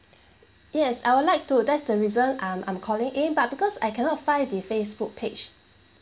yes I would like to that's the reason um I'm calling in but because I cannot find the facebook page